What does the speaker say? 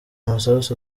masasu